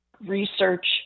research